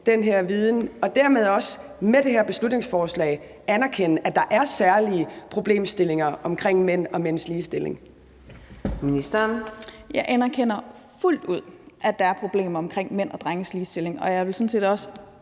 den her viden og dermed også med det her beslutningsforslag anerkende, at der er særlige problemstillinger omkring mænd og mænds ligestilling?